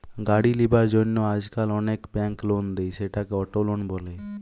গাড়ি লিবার জন্য আজকাল অনেক বেঙ্ক লোন দেয়, সেটাকে অটো লোন বলে